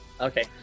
Okay